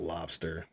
Lobster